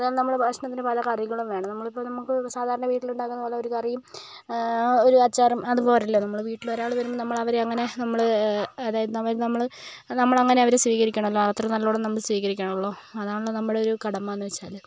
അതേപോലെ നമ്മള് ഭക്ഷണത്തിന് പല കറികളും വേണം നമ്മളിപ്പം നമുക്ക് സാധാരണ വീട്ടില് ഉണ്ടാക്കുന്ന പോലെ ഒരു കറിയും ഒരു അച്ചാറും അത് പോരല്ലോ നമ്മളുടെ വീട്ടില് ഒരാള് വരുമ്പോൾ നമ്മള് അവരെ അങ്ങനെ നമ്മള് അതായത് അവര് നമ്മള് നമ്മള് അങ്ങനെ അവരെ സ്വീകരിക്കണമല്ലോ അത്ര നല്ലോണം നമ്മള് സ്വീകരിക്കണമല്ലോ അതാണല്ലോ നമ്മുടെ ഒരു കടമ എന്ന് വെച്ചാല്